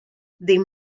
ddim